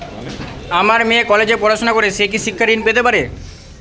আমার মেয়ে কলেজে পড়াশোনা করে সে কি শিক্ষা ঋণ পেতে পারে?